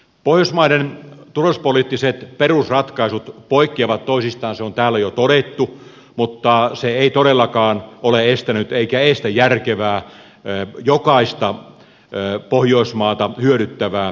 pohjoismaiden turvallisuuspoliittiset perusratkaisut poikkeavat toisistaan se on täällä jo todettu mutta se ei todellakaan ole estänyt eikä estä järkevää jokaista pohjoismaata hyödyttävää yhteistyötä